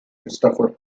christopher